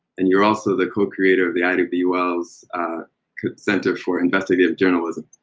and you're also the co-creator the ida b. wells center for investigative journalism.